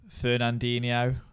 Fernandinho